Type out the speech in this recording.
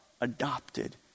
adopted